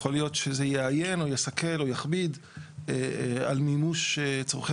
יכול להיות שזה יאיין או יסכל או יכביד על מימוש צורכי